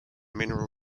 mineral